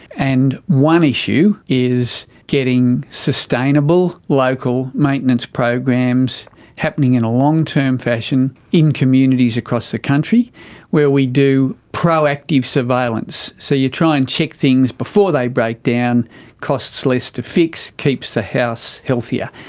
and one issue is getting sustainable local maintenance programs happening in a long-term fashion in communities across the country where we do proactive surveillance. so you try and check things before they break down, it costs less to fix, keeps the house healthier.